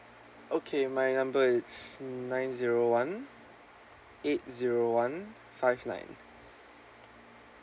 okay my number it's nine zero one eight zero one five nine